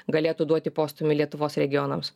galėtų duoti postūmį lietuvos regionams